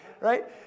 right